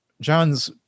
John's